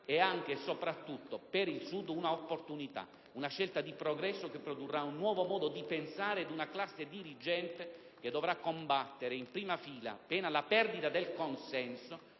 è anche e soprattutto, per il Sud, un'opportunità, una scelta di progresso, che produrrà un nuovo modo di pensare ed una classe dirigente che dovrà combattere in prima fila - pena la perdita del consenso